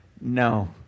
No